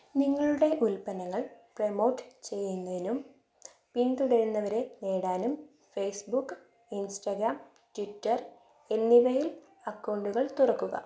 നിങ്ങളുടെ ഉൽപ്പന്നങ്ങൾ പ്രൊമോട്ട് ചെയ്യുന്നതിനും പിന്തുടരുന്നവരെ നേടാനും ഫേസ്ബുക് ഇൻസ്റ്റഗ്രാം ട്വിറ്റെർ എന്നിവയിൽ അക്കൗണ്ടുകൾ തുറക്കുക